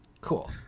cool